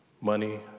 Money